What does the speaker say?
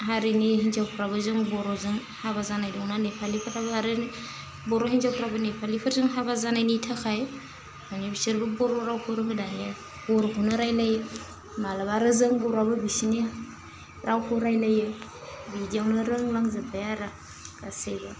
हारिनि हिन्जावफ्राबो जों बर'जों हाबा जानाय दंना नेपालिफोराबो आरो बर' हिनजावफ्राबो नेपालिफोरजों हाबा जानायनि थाखाय मानि बिसोरबो बर' रावखौ रोङो दायो बर'खौनो रायलायो मालाबा आरो जों बर'वाबो बिसिनि रावखौ रायलाइयो बिदियावनो रोंलांजोबबाय आरो गासैबो